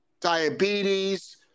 diabetes